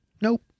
Nope